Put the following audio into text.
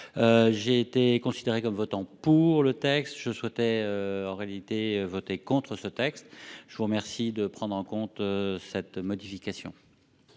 J'ai été considérée comme votant pour le texte, je souhaitais en réalité voter contre ce texte. Je vous remercie de prendre en compte cette modification.